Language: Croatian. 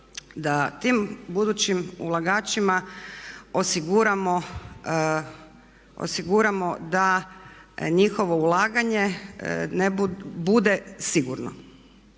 da tim budućim ulagačima osiguramo da njihovo ulaganje bude sigurno.